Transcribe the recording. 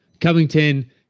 Covington